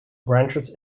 branches